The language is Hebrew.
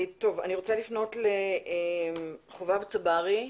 אני רוצה לפנות לחובב צברי,